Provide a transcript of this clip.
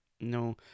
No